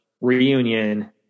reunion